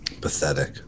Pathetic